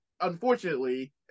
unfortunately